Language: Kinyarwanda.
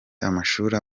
amashuri